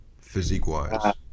physique-wise